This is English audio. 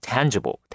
Tangible